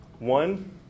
One